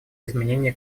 изменения